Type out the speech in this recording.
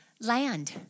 land